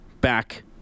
back